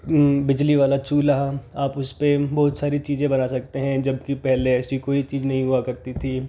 बिजली वाला चूल्हा आप उस पर बहुत सारी चीज़े बना सकते हैं जबकि पहले ऐसी कोई चीज़ नहीं हुआ करती थी